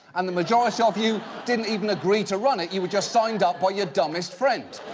and the majority of you didn't even agree to run it. you were just signed up by your dumbest friend.